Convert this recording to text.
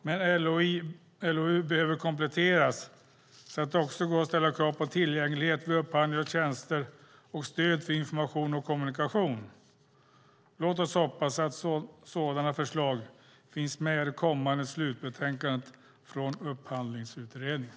Men LOU behöver kompletteras så att det också går att ställa krav på tillgänglighet vid upphandling av tjänster och stöd för information och kommunikation. Låt oss hoppas att sådana förslag finns med i det kommande slutbetänkandet från Upphandlingsutredningen.